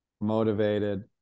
motivated